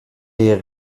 est